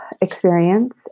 Experience